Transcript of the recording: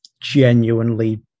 genuinely